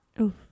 Oof